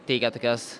teikia tokias